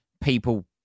people